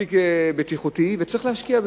מספיק בטיחותי, וצריך להשקיע בזה.